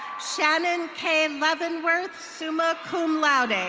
shannon k levenworth, summa cum laude.